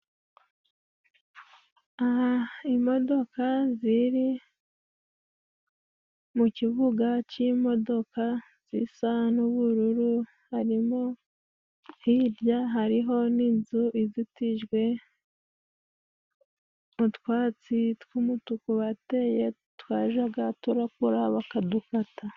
Aha imodoka ziri mu kibuga c'imodoka. Zisa n'ubururu harimo hirya hariho n'inzu izitijwe n'utwatsi tw'umutuku bateye twajaga turakura bakadukata.